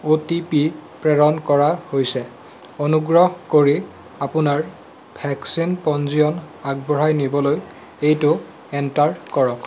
অ' T P প্ৰেৰণ কৰা হৈছে অনুগ্ৰহ কৰি আপোনাৰ ভেক্সিন পঞ্জীয়ন আগবঢ়াই নিবলৈ এইটো এণ্টাৰ কৰক